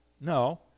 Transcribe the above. No